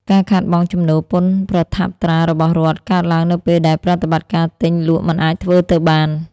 ការខាតបង់ចំណូលពន្ធប្រថាប់ត្រារបស់រដ្ឋ កើតឡើងនៅពេលដែលប្រតិបត្តិការទិញលក់មិនអាចធ្វើទៅបាន។